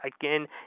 again